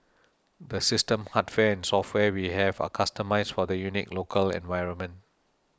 the system hardware and software we have are customised for the unique local environment